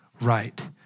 right